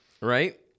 Right